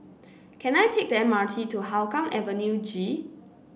can I take the M R T to Hougang Avenue G